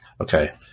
Okay